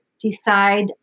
decide